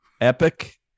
epic